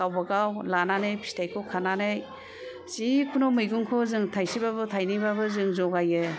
गावबा गाव लानानै फिथायखौ खानानै जिखुनु मैगंखौ जों थाइसेबाबो थाइनैबाबो जों जगायो